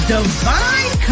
Divine